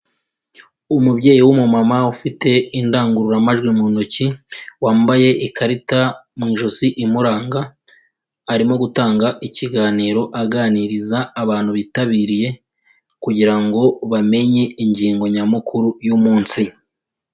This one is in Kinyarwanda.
Umubyeyi w'umumama ufite indangururamajwi mu ntoki, wambaye ikarita mu ijosi imuranga, arimo gutanga ikiganiro aganiriza abantu bitabiriye kugira ngo bamenye ingingo nyamukuru y'umunsi.